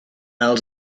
els